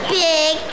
big